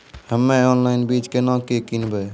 हम्मे ऑनलाइन बीज केना के किनयैय?